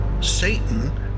Satan